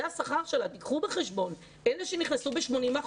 קחו בחשבון, אלה שנכנסים ב-80%,